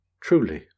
Truly